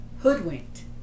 hoodwinked